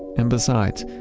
and besides,